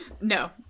No